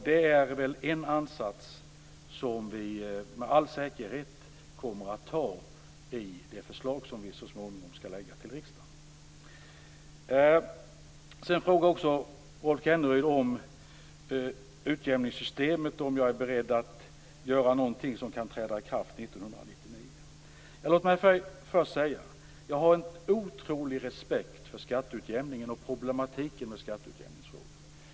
Det är en ansats som vi med all säkerhet kommer att göra i det förslag som vi så småningom skall lägga fram för riksdagen. Rolf Kenneryd frågade också om jag är beredd att göra något avseende utjämningssystemet som kan träda i kraft 1999. Låt mig först säga att jag har en oerhört stor respekt för problematiken kring skattutjämningen.